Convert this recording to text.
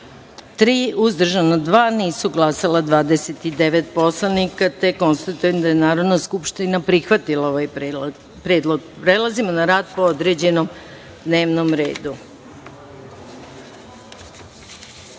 uzdržana – dva, nisu glasala 29 poslanika. Konstatujem da je Narodna skupština prihvatila ovaj predlog. Prelazimo na rad po utvrđenom dnevnom